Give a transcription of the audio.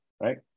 Right